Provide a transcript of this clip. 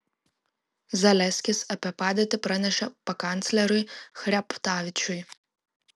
zaleskis apie padėtį pranešė pakancleriui chreptavičiui